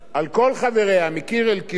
להצביע בעד ההצעה הזאת.